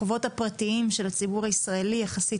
החובות הפרטיים של הציבור הישראלי יחסית